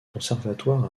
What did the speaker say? conservatoire